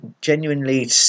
genuinely